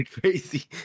Crazy